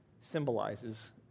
symbolizes